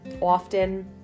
often